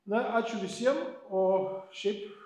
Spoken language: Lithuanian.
na ačiū visiem o šiaip